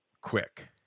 quick